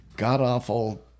god-awful